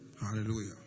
Hallelujah